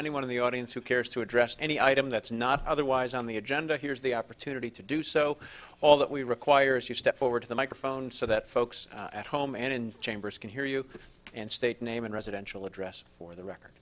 anyone in the audience who cares to address any item that's not otherwise on the agenda here is the opportunity to do so all that we require is to step forward to the microphone so that folks at home and in chambers can hear you and state name and residential address for the record